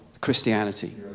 Christianity